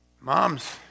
Mom's